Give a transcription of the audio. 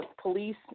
police